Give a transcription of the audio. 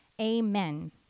Amen